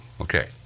Okay